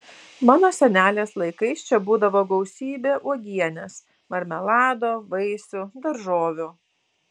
mano senelės laikais čia būdavo gausybė uogienės marmelado vaisių daržovių